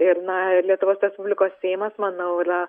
ir na lietuvos respublikos seimas manau yra